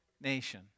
nation